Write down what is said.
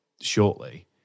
shortly